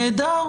נהדר.